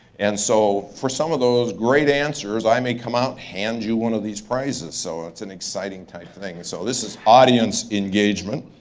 and so for some of those great answers, i may come out, hand you one of these prizes. so it's an exciting type thing. and so this is audience engagement.